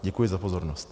Děkuji za pozornost.